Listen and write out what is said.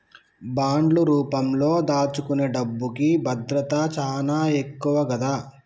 బాండ్లు రూపంలో దాచుకునే డబ్బుకి భద్రత చానా ఎక్కువ గదా